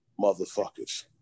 motherfuckers